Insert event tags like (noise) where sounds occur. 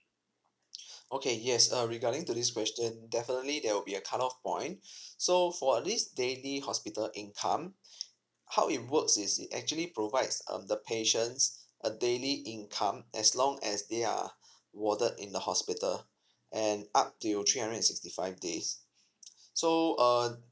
(breath) okay yes uh regarding to this question is definitely there will be a cut off point so for this daily hospital income how it works is it actually provides um the patience a daily income as long as they are warded in the hospital and up till three hundred sixty five days so err